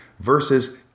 versus